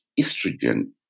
estrogen